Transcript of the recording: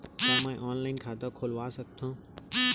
का मैं ऑनलाइन खाता खोलवा सकथव?